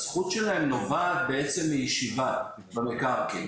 הזכות שלהם נובעת בעצם מישיבה במקרקעין,